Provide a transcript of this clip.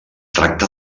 tracta